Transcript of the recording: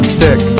thick